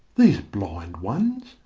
these blind ones,